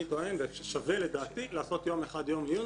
אני טוען ושווה יום אחד לעשות יום עיון